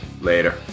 Later